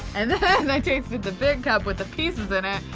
and and i tasted the big cup with the pieces in it,